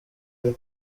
ari